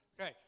Okay